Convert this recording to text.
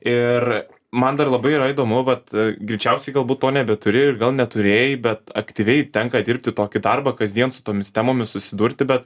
ir man dar labai yra įdomu vat greičiausiai galbūt to nebeturi ir gal neturėjai bet aktyviai tenka dirbti tokį darbą kasdien su tomis temomis susidurti bet